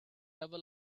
never